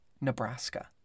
Nebraska